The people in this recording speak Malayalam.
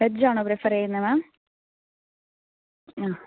വെജ് ആണോ പ്രിഫർ ചെയ്യുന്നത് മാം ആ